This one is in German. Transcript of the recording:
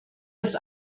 dass